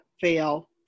fail